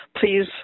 please